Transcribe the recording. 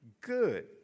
good